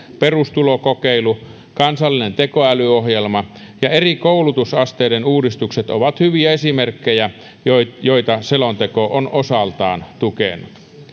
perustulokokeilu kansallinen tekoälyohjelma ja eri koulutusasteiden uudistukset ovat hyviä esimerkkejä joita joita selonteko on osaltaan tukenut